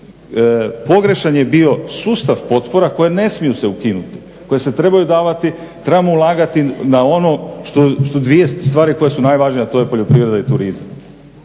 Pogrešan je bio sustav potpora koje ne smiju se ukinuti, koje se trebaju davati. Trebamo ulagati na ono što, dvije stvari koje su najvažnije a to je poljoprivreda i turizam.